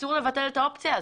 אסור לבטל את האופציה הזו.